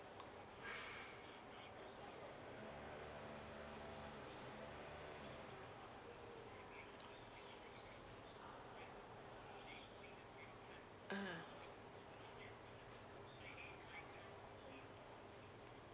ah